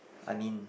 I mean